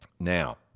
Now